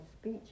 speech